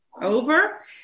over